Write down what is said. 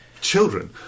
children